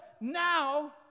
now